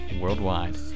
worldwide